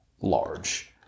large